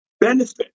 benefit